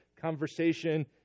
conversation